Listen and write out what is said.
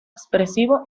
expresivo